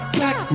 back